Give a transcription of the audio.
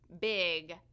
big